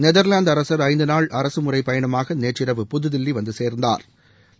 நெத்லாந்து அரச் ஐந்து நாள் அரசுமுறை பயணமாக நேற்றிரவு புதுதில்லி வந்துச் சோ்ந்தாா்